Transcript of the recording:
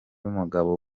mugabo